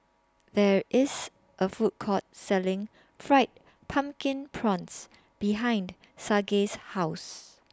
There IS A Food Court Selling Fried Pumpkin Prawns behind Saige's House